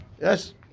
Yes